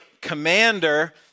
commander